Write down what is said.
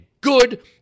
good